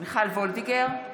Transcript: מיכל וולדיגר,